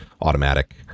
automatic